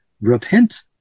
repent